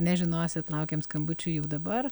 nežinosit laukiam skambučių jau dabar